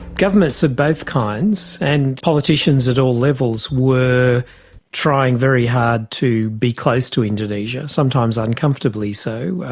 governments of both kinds and politicians at all levels were trying very hard to be close to indonesia, sometimes uncomfortably so,